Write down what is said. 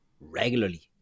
Regularly